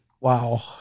Wow